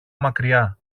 μακριά